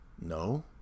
No